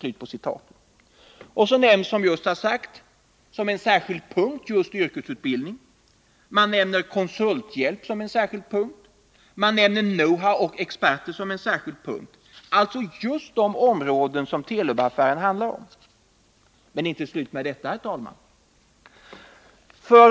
Sedan nämns, vilket har sagts i dagens debatt, som en särskild punkt just yrkesutbildning. Konsulthjälp nämns också som en särskild punkt, likaså know-how och experter — alltså just de områden som Telubaffären handlar om. Men det är, herr talman, inte slut med detta.